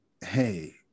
hey